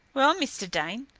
well, mr. dane,